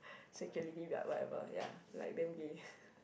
sexuality but whatever ya like damn gay